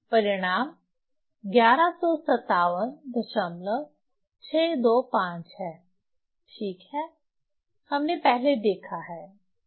परिणाम 1157625 है ठीक है हमने पहले देखा है